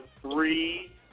three